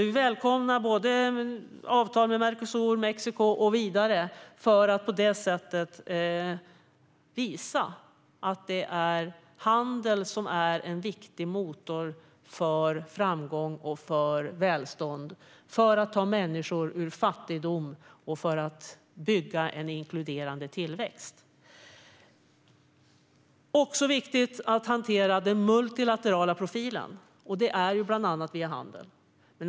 Vi välkomnar avtal med Mercosur, Mexiko och så vidare för att på det sättet visa att det är handel som är en viktig motor för framgång och välstånd och för att ta människor ur fattigdom och bygga en inkluderande tillväxt. Det är också viktigt att hantera den multilaterala profilen. Det gör man bland annat via handel.